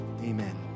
amen